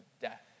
death